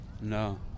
No